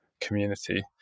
community